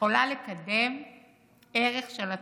יכולה לקדם ערך של עצמאות?